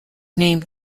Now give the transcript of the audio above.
named